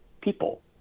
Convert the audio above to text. people